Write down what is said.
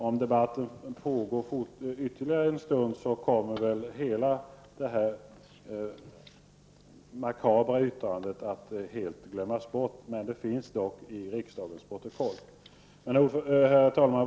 Om debatten pågår ytterligare en stund, kommer väl det makabra yttrandet att helt glömmas bort. Det finns dock i riksdagens protokoll. Herr talman!